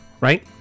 Right